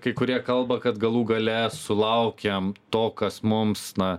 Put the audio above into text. kai kurie kalba kad galų gale sulaukėm to kas mums na